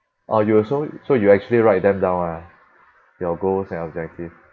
orh you will so so you actually write them down lah your goals and objective